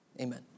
Amen